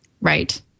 Right